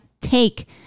take